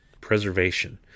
preservation